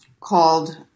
called